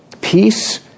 Peace